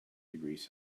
degrees